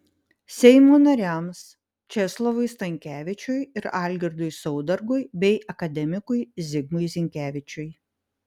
seimo nariams česlovui stankevičiui ir algirdui saudargui bei akademikui zigmui zinkevičiui